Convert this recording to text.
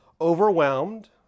overwhelmed